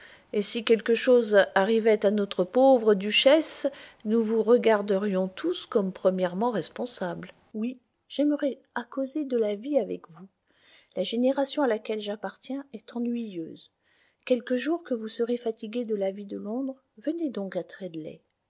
et si quelque chose arrivait à notre bonne duchesse nous vous regarderions tous comme premièrement responsable oui j'aimerais à causer de la vie avec vous la génération à laquelle j'appartiens est ennuyeuse quelque jour que vous serez fatigué de la vie de londres venez donc